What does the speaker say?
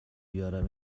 بیارم